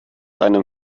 einem